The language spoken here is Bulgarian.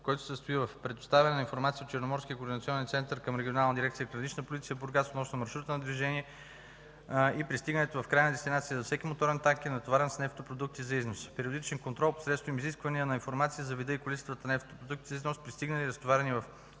който се състои в: предоставяне на информация в Черноморския координационен център към Регионална дирекция „Гранична полиция” – Бургас, относно маршрута на движение и пристигането в крайната дестинация за всеки моторен танкер, натоварен с нефтопродукти за износ, периодичен контрол посредством изискване на информация за вида и количествата на нефтопродукти за износ, пристигнали и разтоварени в